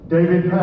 David